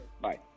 Bye